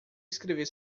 escrever